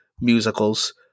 musicals